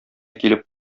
килеп